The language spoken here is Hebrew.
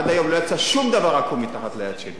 עד היום לא יצא שום דבר עקום מתחת ידי.